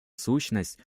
сущность